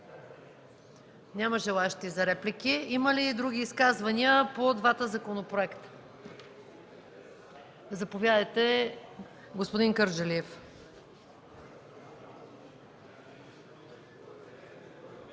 Няма желаещи за реплики. Има ли други изказвания по двата законопроекта? Заповядайте, господин Кърджалиев.